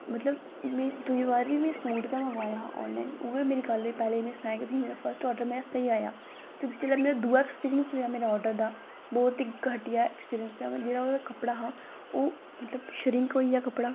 मतलब में दूई बारी बी सूट गै मंगवाया हा ऑनलाइन उऐ में गल्ल सनाई की मेरा फर्स्ट ऑर्डर स्हेई आया ते जेल्लै में दूआ एक्सपीरियंस लेआ ऑर्डर दा बहोत ई घटिया एक्सपीरियंस रेहा जेह्ड़ा ओह्दे ई कपड़ा हा ओह् मतलब शरिंक होइया कपड़ा ते मतलब